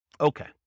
Okay